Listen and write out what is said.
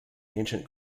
ancient